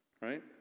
Right